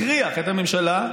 הכריח את הממשלה,